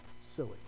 silly